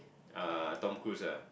uh Tom-Cruise ah